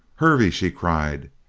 hervey! she cried,